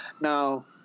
Now